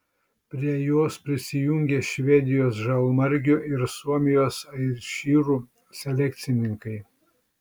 prie jos prisijungė švedijos žalmargių ir suomijos airšyrų selekcininkai